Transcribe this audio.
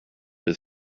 his